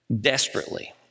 desperately